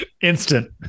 Instant